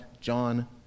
John